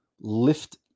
lift